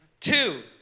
Two